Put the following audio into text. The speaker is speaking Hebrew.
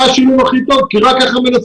שזה השינוי הכי טוב כי רק מנצחים.